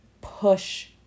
push